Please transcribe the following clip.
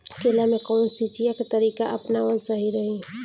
केला में कवन सिचीया के तरिका अपनावल सही रही?